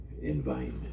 environment